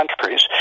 countries